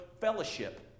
fellowship